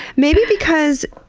maybe because,